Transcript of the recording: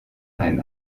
einen